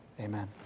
amen